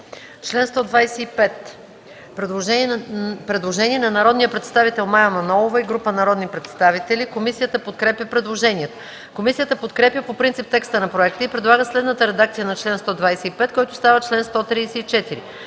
Член 132 – предложение на народният представител Мая Манолова и група народни представители. Комисията подкрепя предложението. Комисията подкрепя по принцип текста на проекта и предлага следната редакция на чл. 132, който става чл. 142: